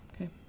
Okay